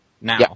now